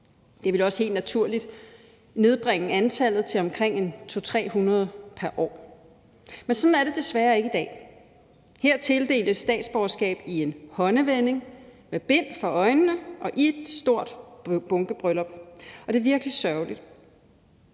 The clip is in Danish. Det ville også helt naturligt nedbringe antallet til omkring 200-300 pr. år. Men sådan er det desværre ikke i dag. Her tildeles statsborgerskab i en håndevending med bind for øjnene og i et stort bunkebryllup. Det er virkelig sørgeligt.